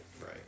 Right